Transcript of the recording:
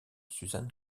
suzanne